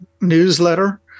newsletter